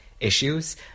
issues